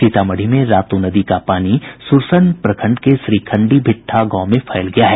सीतामढी में रातो नदी का पानी सुरसंड प्रखंड के श्रीखंडी भिठ्ठा गांव में फैल गया है